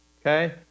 Okay